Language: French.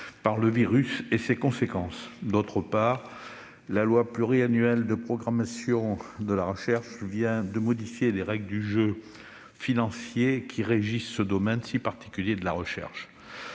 par le virus et ses conséquences. D'autre part, le projet de loi de programmation de la recherche vient de modifier les règles du jeu financier, qui régissent ce domaine si particulier de la recherche.